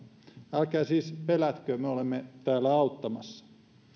älkää siis pelätkö me olemme täällä auttamassa